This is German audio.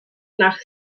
nach